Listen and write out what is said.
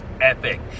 epic